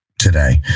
Today